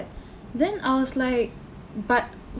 then I was like like but